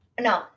no